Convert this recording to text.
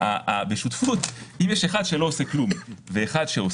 אתה שאלת שאלה על